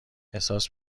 احساس